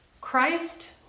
Christ